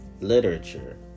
literature